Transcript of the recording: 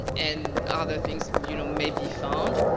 and other things you know may be found.